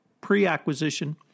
pre-acquisition